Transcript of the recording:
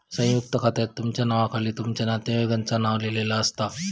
संयुक्त खात्यात तुमच्या नावाखाली तुमच्या नातेवाईकांचा नाव लिहिलेला असता